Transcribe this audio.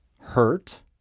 hurt